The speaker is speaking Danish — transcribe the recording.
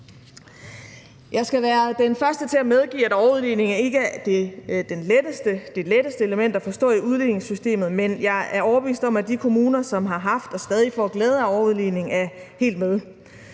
Jeg skal være den første til at medgive, at overudligning ikke er det letteste element at forstå i udligningssystemet, men jeg er overbevist om, at de kommuner, som har haft og stadig får glæde af overudligningen, er helt med.